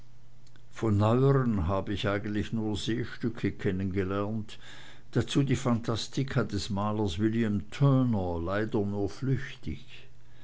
hab ich eigentlich nur seestücke kennengelernt dazu die phantastika des malers william turner leider nur flüchtig